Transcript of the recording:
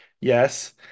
Yes